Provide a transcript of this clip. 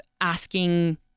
asking